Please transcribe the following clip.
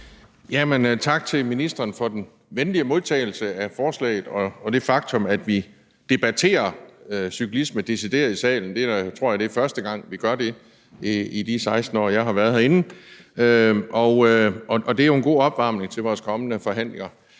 Tak til ministeren for den venlige modtagelse af forslaget og det faktum, at vi decideret debatterer cyklisme i salen – jeg tror, det er første gang, vi gør det, i de 16 år, jeg har været herinde. Og det er jo en god opvarmning til vores kommende forhandlinger.